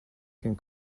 can